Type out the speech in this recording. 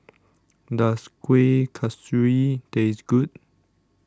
Does Kueh Kasturi Taste Good